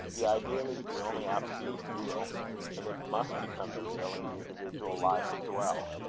the ideal is the only absolute real and it must become the real in the individual life as well,